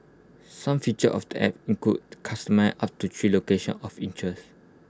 some features of the app include customer up to three locations of interest